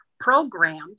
programmed